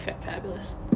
fabulous